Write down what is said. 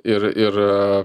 ir ir